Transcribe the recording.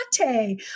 latte